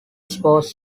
sports